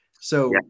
So-